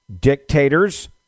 dictators